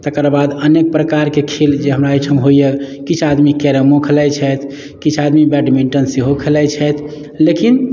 तकर बाद अनेक प्रकारके खेल जे हमरा ओहिठाम होइए किछु आदमी कैरमो खेलाइत छथि किछु आदमी बैडमिन्टन सेहो खेलाइत छथि लेकिन